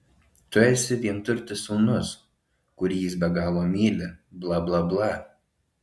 tu esi vienturtis sūnus kurį jis be galo myli bla bla bla